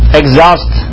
exhaust